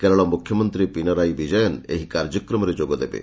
କେରଳ ମୁଖ୍ୟମନ୍ତ୍ରୀ ପିନରାଇ ବିଜୟନ୍ ଏହି କାର୍ଯ୍ୟକ୍ରମରେ ଯୋଗଦେବେ